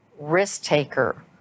Risk-Taker